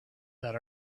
that